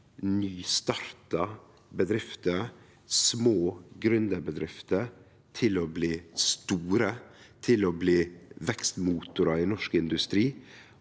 nystarta bedrifter og små gründerbedrifter til å bli store, til å bli vekstmotorar i norsk industri.